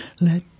Let